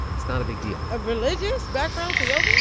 it's not a big deal a religious background to yoga?